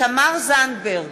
תמר זנדברג,